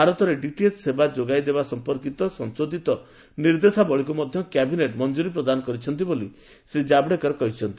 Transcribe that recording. ଭାରତରେ ଡିଟିଏଚ୍ ସେବା ଯୋଗାଇ ଦେବା ସମ୍ପର୍କିତ ସଂଶୋଧିତ ନିର୍ଦ୍ଦେଶାବଳୀକୁ ମଧ୍ୟ କ୍ୟାବିନେଟ୍ ମଞ୍ଜୁରି ପ୍ରଦାନ କରିଛନ୍ତି ବୋଲି ଶ୍ରୀ ଜାବ୍ଡେକର କହିଛନ୍ତି